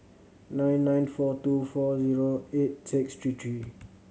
nine nine four two four zero eight six three three